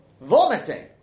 vomiting